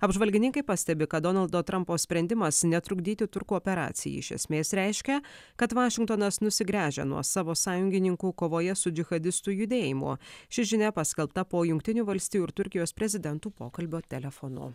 apžvalgininkai pastebi kad donaldo trumpo sprendimas netrukdyti turkų operacijai iš esmės reiškia kad vašingtonas nusigręžia nuo savo sąjungininkų kovoje su džihadistų judėjimu ši žinia paskelbta po jungtinių valstijų ir turkijos prezidentų pokalbio telefonu